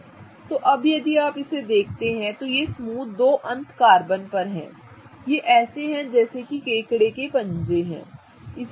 तो अब यदि आप इसे देखते हैं तो ये समूह दो अंत कार्बन पर हैं ये ऐसे हैं जैसे कि केकड़े के पंजे हैं ठीक है